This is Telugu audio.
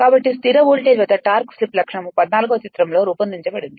కాబట్టి స్థిర వోల్టేజ్ వద్ద టార్క్ స్లిప్ లక్షణం 14 వ చిత్రం లో రూపొందించబడింది